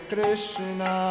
Krishna